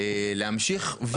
להמשיך.